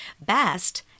best